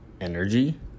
energy